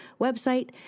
website